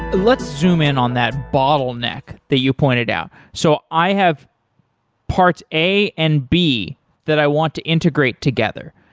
let's zoom in on that bottleneck that you pointed out. so i have parts a and b that i want to integrate together.